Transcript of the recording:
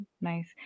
Nice